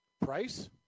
Price